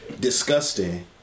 disgusting